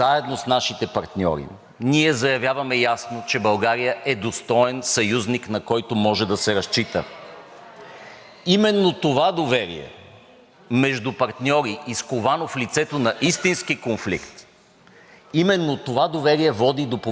Именно това доверие между партньори, изковано в лицето на истински конфликт, именно това доверие води до повишаване на колективната ни сигурност, защото започваме да си вярваме едни на други.